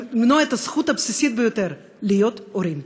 למנוע את הזכות הבסיסית ביותר, להיות הורים?